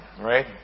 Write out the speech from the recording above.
right